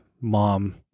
Mom